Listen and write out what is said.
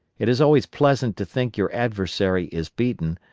it is always pleasant to think your adversary is beaten,